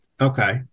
okay